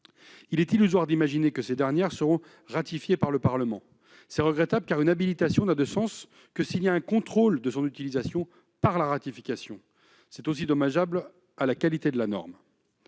il est illusoire d'imaginer que ces dernières seront ratifiées par le Parlement. C'est regrettable, car une habilitation n'a de sens que s'il y a contrôle de son utilisation par la ratification. C'est aussi dommageable à la qualité de la norme,